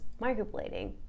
microblading